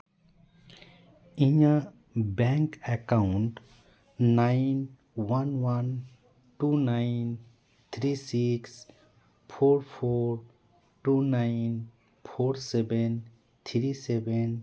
ᱤᱧᱟᱹᱜ bank account nine one one two nine three six four four two nine four seven three seven